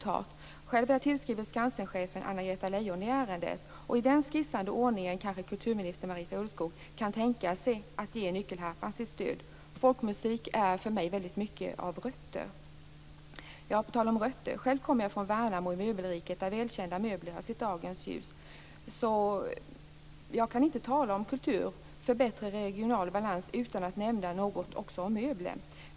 Själv har jag tillskrivit Skansenchefen Anna Greta Leijon i ärendet. I den skissade ordningen kanske kulturminister Marita Ulvskog kan tänka sig att ge nyckelharpan sitt stöd. Folkmusik är för mig väldigt mycket av rötter. På tal om rötter kommer jag själv från Värnamo i Möbelriket där välkända möbler har sett dagens ljus. Jag kan inte tala om kultur för bättre regional balans utan att också nämna något om möbler.